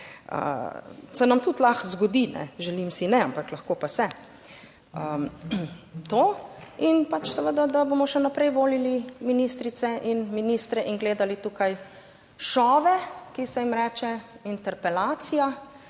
Se nam tudi lahko zgodi, ne. Želim si ne, ampak lahko pa se. To. In pač seveda, da bomo še naprej volili ministrice in ministre in gledali tukaj šove, ki se jim reče interpelacija,